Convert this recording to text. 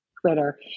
twitter